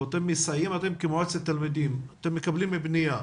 כמועצת תלמידים כשאתם מקבלים פניה,